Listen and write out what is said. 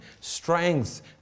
strength